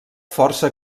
força